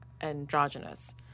androgynous